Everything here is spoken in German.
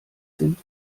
sind